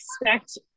expect